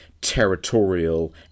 territorial